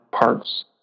parts